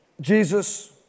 Jesus